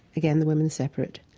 again, the women separate,